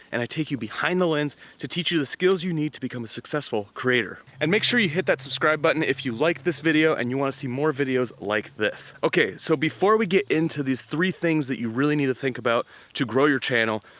and i take you behind the lens to teach you the skills you need to become a successful creator. and make sure you hit that subscribe button if you like this video and you wanna see more videos like this. okay, so before we get into these three things that you really need to think about to grow your channel,